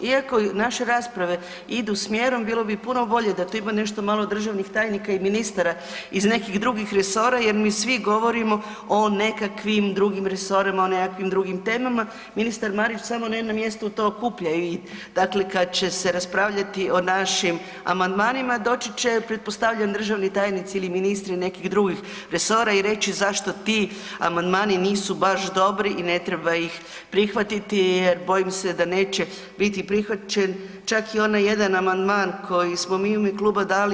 Iako i naše rasprave idu smjerom, bilo bi puno bolje da tu da ima nešto malo državnih tajnika i ministara iz nekih drugih resora jer mi svi govorimo o nekakvim drugim resorima, nekakvim drugim temama, ministar Marić samo na jednom mjestu to okupljaju i dakle kad će se raspravljati o našim amandmanima, doći će, pretpostavljam, državni tajnici ili ministri nekih drugih resora i reći zašto ti amandmani nisu baš dobri i ne treba ih prihvatiti jer bojim se da neće biti prihvaćen čak ni onaj jedan amandman koji smo mi u ime kluba dali.